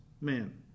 man